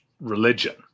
religion